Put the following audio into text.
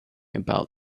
about